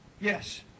Yes